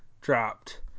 dropped